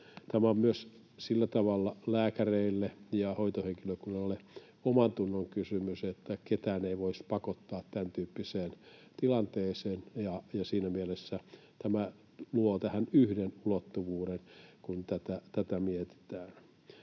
Tämä on myös sillä tavalla lääkäreille ja hoitohenkilökunnalle omantunnon kysymys, että ketään ei voisi pakottaa tämäntyyppiseen tilanteeseen, ja siinä mielessä tämä luo tähän yhden ulottuvuuden, kun tätä mietitään.